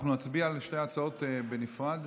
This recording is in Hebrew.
אנחנו נצביע על שתי ההצעות בנפרד.